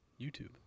YouTube